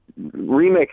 remix